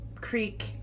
Creek